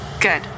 Good